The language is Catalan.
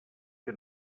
que